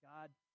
God